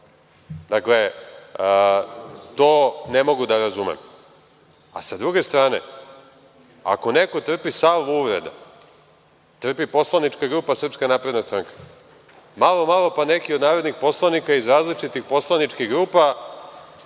Dakle, to ne mogu da razumem.S druge strane, ako neko trpi salvu uvreda, trpi poslanička grupa SNS. Malo, malo pa neki od narodnih poslanika iz različitih poslaničkih grupa